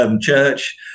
church